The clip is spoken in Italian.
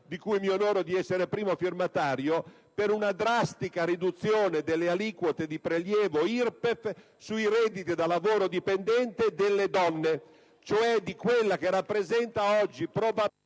di cui mi onoro di essere primo firmatario, con il quale si propone una drastica riduzione delle aliquote di prelievo IRPEF sui redditi da lavoro dipendente delle donne, cioè di quella che rappresenta oggi probabilmente...